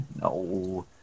No